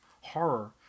horror